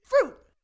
fruit